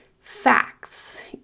facts